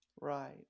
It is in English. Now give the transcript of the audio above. Right